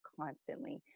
constantly